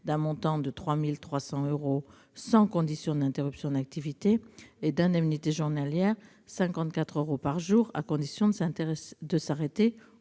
d'un montant de 3 300 euros, sans condition d'interruption d'activité, et d'indemnités journalières de 54 euros par jour, à condition de s'arrêter au